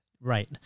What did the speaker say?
Right